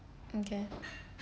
okay